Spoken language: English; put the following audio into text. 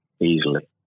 Easily